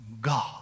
God